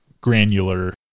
granular